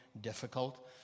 difficult